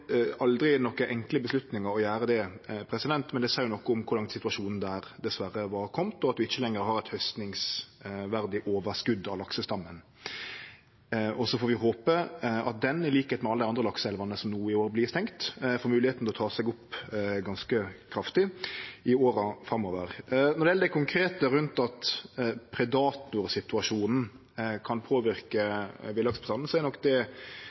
aldri enkle avgjerder å ta, men det seier noko om kor langt situasjonen der dessverre var komen, og at vi ikkje lenger har eit haustingsverdig overskot av laksestammen. Så får vi håpe at denne elva, til liks med alle dei andre lakseelvane som vert stengde no i år, får moglegheita til å ta seg ganske kraftig opp i åra framover. Når det gjeld det konkrete at predatorsituasjonen kan påverke villaksbestanden, er nok det